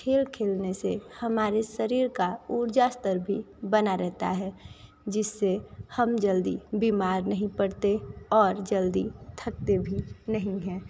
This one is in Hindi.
खेल खेलने से हमारे शरीर का ऊर्जा स्तर भी बना रहता है जिससे हम जल्दी बीमार नहीं पड़ते और जल्दी थकते भी नहीं हैं